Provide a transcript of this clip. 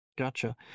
Gotcha